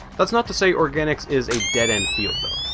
that's not to say organics is a dead-end field though,